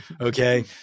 Okay